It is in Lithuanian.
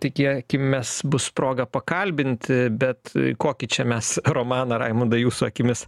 tikėkimės bus proga pakalbinti bet kokį čia mes romaną raimundai jūsų akimis